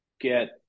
get